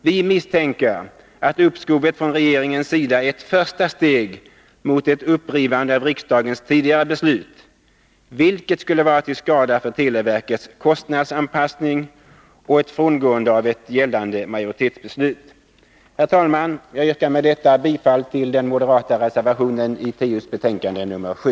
Vi misstänker att uppskovet från regeringens sida är ett första steg mot ett upprivande av riksdagens tidigare beslut, vilket skulle vara till skada för televerkets kostnadsanpassning och ett frångående av ett gällande majoritetsbeslut. Herr talman! Jag yrkar med detta bifall till den moderata reservationen vid trafikutskottets betänkande nr 7.